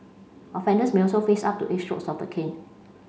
offenders may also face up to eight strokes of the cane